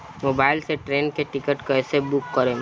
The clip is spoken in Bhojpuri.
मोबाइल से ट्रेन के टिकिट कैसे बूक करेम?